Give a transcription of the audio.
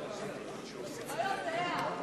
הוא לא יודע.